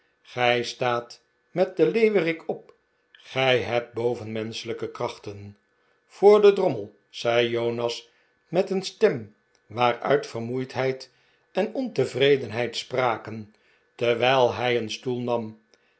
gij staat met den leeuwerik op gij hebt bovenmenschelijke krachten voor den drommel zei jonas met een stem waaruit vermoeidheid en ontevredenheid spraken terwijl hij een stoel nam